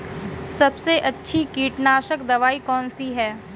सबसे अच्छी कीटनाशक दवाई कौन सी है?